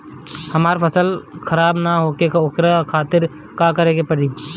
हमर फसल खराब न होखे ओकरा खातिर का करे के परी?